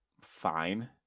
fine